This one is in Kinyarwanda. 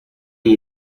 iyi